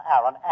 Aaron